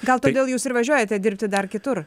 gal todėl jūs ir važiuojate dirbti dar kitur